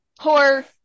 poor